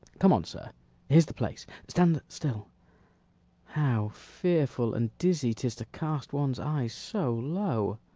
come on, sir here's the place stand still how fearful and dizzy tis to cast one's eyes so low!